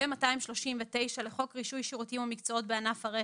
ו-239 לחוק רישוי שירותים ומקצועות בענף הרכב,